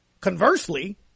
Conversely